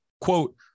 Quote